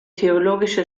theologische